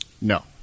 No